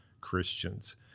Christians